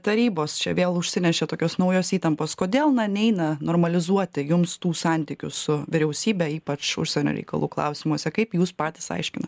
tarybos čia vėl užsinešė tokios naujos įtampos kodėl na neeina normalizuoti jums tų santykių su vyriausybe ypač užsienio reikalų klausimuose kaip jūs patys aiškinat